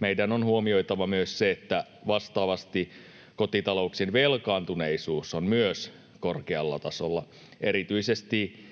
meidän on huomioitava myös se, että vastaavasti kotitalouksien velkaantuneisuus on myös korkealla tasolla ja erityisesti